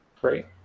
Great